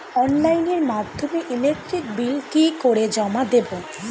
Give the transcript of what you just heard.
অনলাইনের মাধ্যমে electric bill কি করে জমা দেবো?